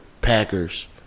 Packers